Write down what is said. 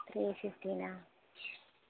three ఫిఫ్టీనా